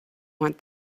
want